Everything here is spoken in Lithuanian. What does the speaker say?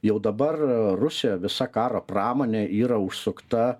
jau dabar rusijoje visa karo pramonė yra užsukta